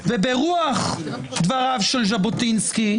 וברוח דבריו של ז'בוטינסקי,